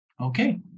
okay